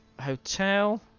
hotel